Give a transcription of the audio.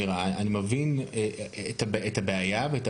מירה אני מבין את הבעייתיות,